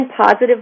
positive